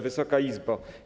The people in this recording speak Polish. Wysoka Izbo!